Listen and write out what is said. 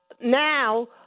now